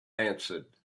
answered